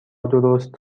درست